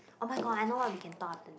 oh-my-god I know what we can talk after this